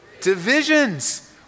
Divisions